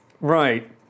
Right